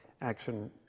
action